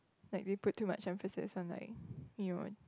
like they put too much emphasis on like you know